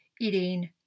eating